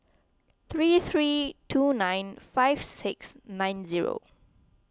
three three two nine five six nine zero